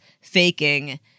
faking